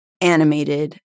animated